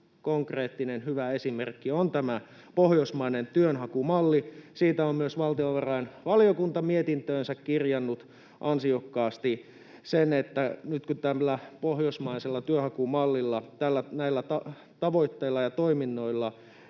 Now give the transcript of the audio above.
konkreettinen hyvä esimerkki on tämä pohjoismainen työnhakumalli. Siitä on myös valtiovarainvaliokunta mietintöönsä kirjannut ansiokkaasti sen, että tällä pohjoismaisella työnhakumallilla, näillä tavoitteilla ja toiminnoilla,